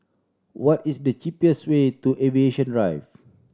what is the cheapest way to Aviation Drive